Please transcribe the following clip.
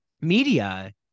media